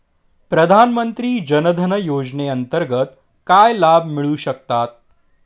प्रधानमंत्री जनधन योजनेअंतर्गत काय लाभ मिळू शकतात?